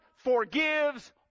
forgives